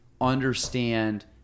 understand